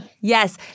yes